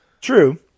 True